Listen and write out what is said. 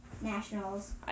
Nationals